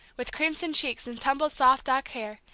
with crimson cheeks and tumbled soft dark hair,